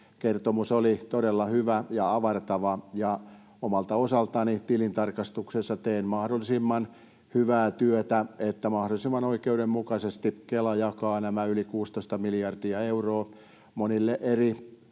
Kertomus oli todella hyvä ja avartava. Omalta osaltani tilintarkastuksessa teen mahdollisimman hyvää työtä, että mahdollisimman oikeudenmukaisesti Kela jakaa nämä yli 16 miljardia euroa: monille eri